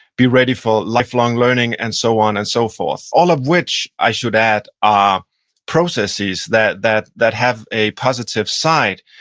be ready for lifelong learning, and so on and so forth, all of which, i should add, are processes that that have a positive side,